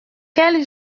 quel